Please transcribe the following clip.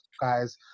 guys